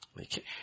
Okay